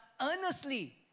earnestly